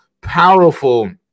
powerful